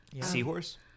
Seahorse